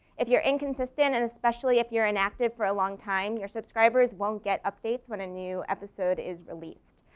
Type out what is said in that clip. if you're inconsistent and especially if you're inactive for a long time, your subscribers won't get updates when a new episode is released.